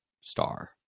star